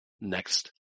next